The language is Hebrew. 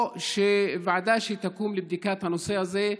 או שתקום ועדה לבדיקת הנושא הזה,